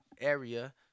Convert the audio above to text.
area